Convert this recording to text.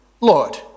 Lord